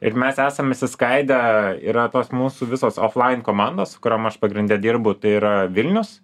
ir mes esam išsiskaidę yra tos mūsų visos oflain komandos su kuriom aš pagrinde dirbu tai yra vilnius